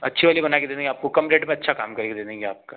अच्छी वाली बना के दे देंगे आपको कम रेट में अच्छा काम करके दे देंगे आपका